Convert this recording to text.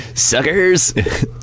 Suckers